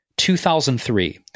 2003